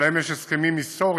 שלהן יש הסכמים היסטוריים